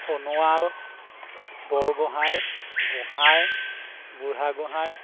Sonowal Borgohain Gohain Burhagohain